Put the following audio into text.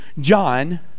John